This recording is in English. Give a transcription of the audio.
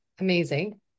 Amazing